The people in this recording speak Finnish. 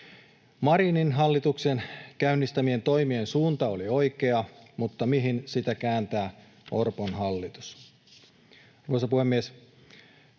Marinin hallituksen käynnistämien toimien suunta oli oikea, mutta mihin sitä kääntää Orpon hallitus?